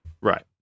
Right